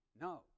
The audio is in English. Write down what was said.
no